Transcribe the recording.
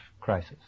crisis